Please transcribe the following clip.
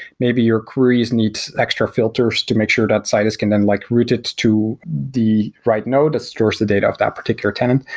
maybe your queries needs extra filters to make sure that citus can then like route it to the right node that stores the data of that particular tenant.